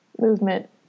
movement